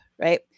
right